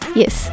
yes